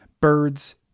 birds